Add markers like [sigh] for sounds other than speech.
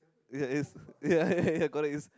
ya it's ya ya ya correct [laughs] it's